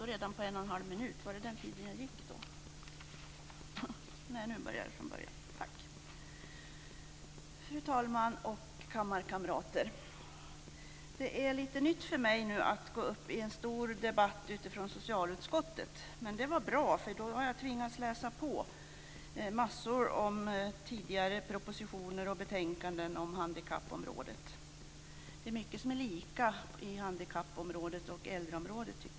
Fru talman! Kammarkamrater! Det är lite nytt för mig att delta i en stor debatt om socialutskottets betänkande. Men det är bra, för jag har tvingats läsa på massor om tidigare propositioner och betänkanden på handikappområdet. Jag tycker att det är mycket som är lika på handikappområdet och på äldreområdet.